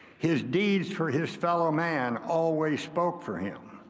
his deeds for his fellow man always spoke for him.